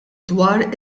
dwar